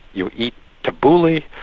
you eat tabouleh,